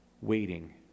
waiting